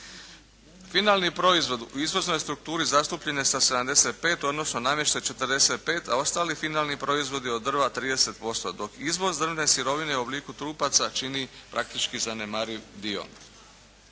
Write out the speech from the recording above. Finalni proizvod u izvoznoj strukturi zastupljen je sa 75, odnosno namještaj 45, a ostali finalni proizvodi od drva 30%, dok izvoz drvne sirovine u obliku trupaca čini praktički zanemariv dio.